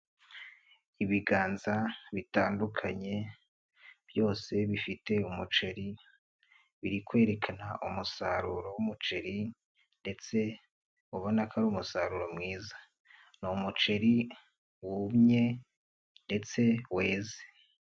Ibiganza bitandukanye byose bifite umuceri, biri kwerekana umusaruro w'umuceri ndetse ubona ko ari umusaruro mwiza, ni umuceri wumye ndetse weze.